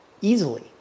Easily